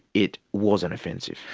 it wasn't offensive.